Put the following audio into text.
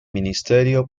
ministerio